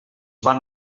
van